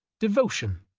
devotion,